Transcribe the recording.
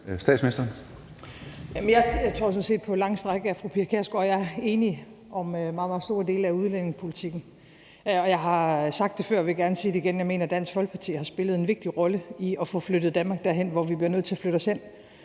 Frederiksen): Jeg tror sådan set på lange stræk, at fru Pia Kjærsgaard og jeg er enige om meget, meget store dele af udlændingepolitikken. Og jeg har sagt det før og vil gerne sige det igen: Jeg mener, at Dansk Folkeparti har spillet en vigtig rolle i at få flyttet Danmark derhen, hvor vi bliver nødt til at flytte os hen